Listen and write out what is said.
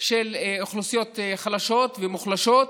של אוכלוסיות חלשות ומוחלשות.